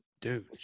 Dude